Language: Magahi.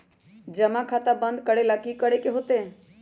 जमा खाता बंद करे ला की करे के होएत?